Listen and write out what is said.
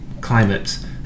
climate